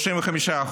בסעיף 46(א)